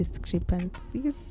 discrepancies